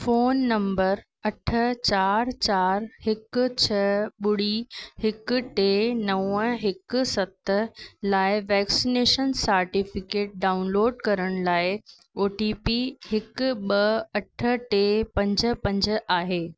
phone number अठ चारि चारि हिकु छ ॿुड़ी हिकु टे नव हिकु सत लाइ वैक्सनेशन सर्टिफिकेट डाउनलोड करण लाइ ओ टी पी हिकु ॿ अठ टे पंज पंज आहे